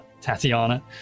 Tatiana